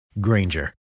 Granger